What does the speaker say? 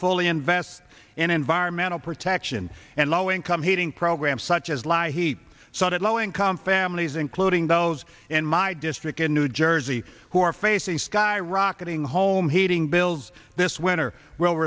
fully invest in environmental protection and low income heating programs such as lie he cited low income families including those in my district in new jersey who are facing skyrocketing home heating bills this winter will